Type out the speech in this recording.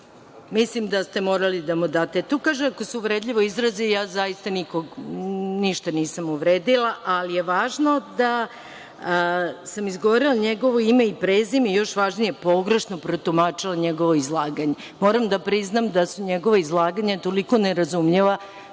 Mislim da ste morali da mu date, jer tu se kaže - ako se uvredljivo izrazi, a ja zaista nikog ništa nisam uvredila, ali je važno da sam izgovorila njegovo ime i prezime i, još važnije, pogrešno protumačila njegovo izlaganje. Moram da priznam da su njegova izlaganja toliko nerazumljiva